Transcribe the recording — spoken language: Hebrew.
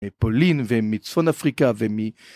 מפולין ומצפון אפריקה ומ..